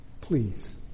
please